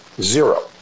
Zero